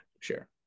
Share